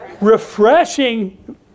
Refreshing